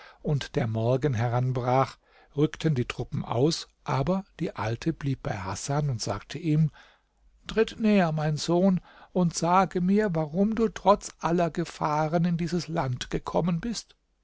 und der morgen heranbrach rückten die truppen aus aber die alte blieb bei hasan und sagte ihm tritt näher mein sohn und sage mir warum du trotz aller gefahren in dieses land gekommen bist